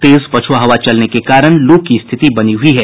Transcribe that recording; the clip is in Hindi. तेज पछ्आ हवा चलने के कारण लू की स्थिति बनी हयी है